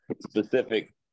specific